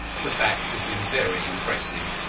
the facts have been very impressive.